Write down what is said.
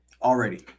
Already